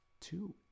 two